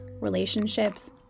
relationships